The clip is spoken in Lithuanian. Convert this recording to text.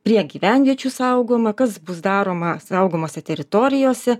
prie gyvenviečių saugoma kas bus daroma saugomose teritorijose